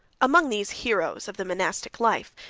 among these heroes of the monastic life,